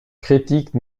critiques